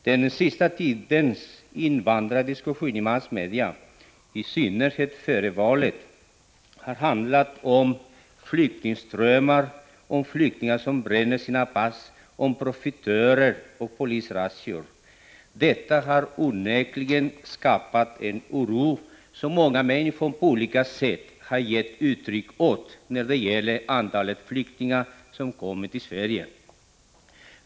Den sista tidens invandrardiskussion i massmedia, i synnerhet före valet, har handlat om flyktingströmmar, om flyktingar som bränner sina pass, om profitörer och polisrazzior. Detta har onekligen skapat en oro som många människor på olika sätt har gett uttryck åt när det gäller antalet flyktingar som kommer till Sverige.